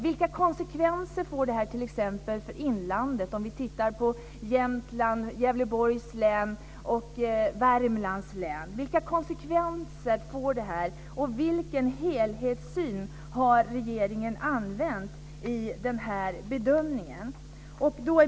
Vilka konsekvenser får detta t.ex. för inlandet, om vi tittar närmare på Jämtland, Gävleborgs län och Värmlands län? Vilka konsekvenser får det, och vilken helhetssyn har regeringen använt vid den här bedömningen?